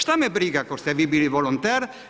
Šta me briga ako ste vi bili volonter?